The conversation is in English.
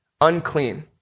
unclean